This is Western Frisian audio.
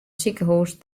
sikehús